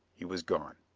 he was gone.